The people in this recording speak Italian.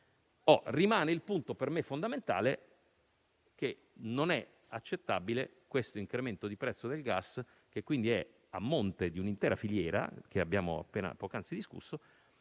Rimane il punto per me fondamentale: non è accettabile questo incremento del prezzo del gas, che quindi è a monte di un'intera filiera che abbiamo poc'anzi discusso